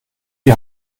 die